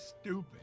stupid